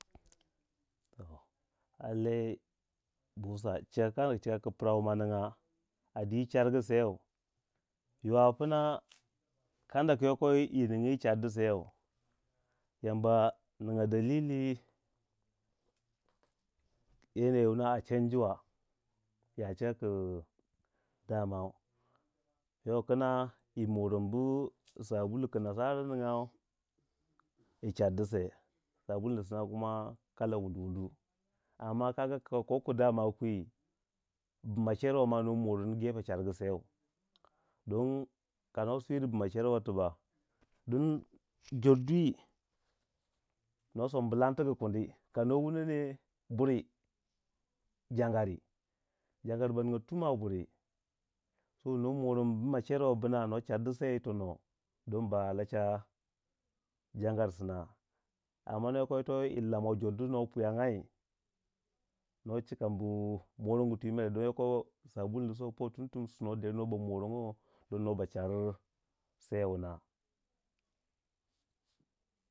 To alai busa chika pra wu ma ningya a dwi chargu seeu yo a pna kanda ku yoko yi ningi yi char gu seu Yamba ninga dalili yanayi wuna a chanjiwa ya cika ku damau yo kina yi moroni bu sabulu ku nasarani ningau yi char di sei, sabul nisna kuma wundu wundu, amma ka koku dama kwi, bma cer wa ma no moroni ta gefe char gu seu, don kano swiri bma cer wa tibak don jor dwi no sombu lantigu kuni, kano wunone buri yi jangari, jangari baninga tum a buri so no moroni bma cer wa bna to chardi sei yitono don ba lacha jangar sina amma yokoyito yi lamango jor di no pwiyangai, no cikanmbu morong twi mere don yoko sabul ni sopo tumtum su node no ba morongo don no ba carwu se wuna.